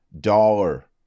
dollar